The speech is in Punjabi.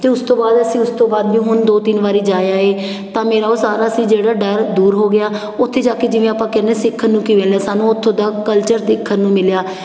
ਅਤੇ ਉਸ ਤੋਂ ਬਾਅਦ ਅਸੀਂ ਉਸ ਤੋਂ ਬਾਅਦ ਵੀ ਹੁਣ ਦੋ ਤਿੰਨ ਵਾਰੀ ਜਾ ਆਏ ਤਾਂ ਮੇਰਾ ਉਹ ਸਾਰਾ ਸੀ ਜਿਹੜਾ ਡਰ ਦੂਰ ਹੋ ਗਿਆ ਉੱਥੇ ਜਾ ਕੇ ਜਿਵੇਂ ਆਪਾਂ ਕਹਿੰਦੇ ਸਿੱਖਣ ਨੂੰ ਕੀ ਮਿਲਿਆ ਸਾਨੂੰ ਉੱਥੋਂ ਦਾ ਕਲਚਰ ਦੇਖਣ ਨੂੰ ਮਿਲਿਆ